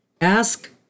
Ask